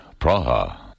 Praha